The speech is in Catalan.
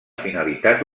finalitat